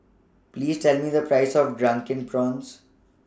Please Tell Me The Price of Drunken Prawns